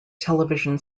television